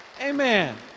Amen